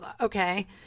okay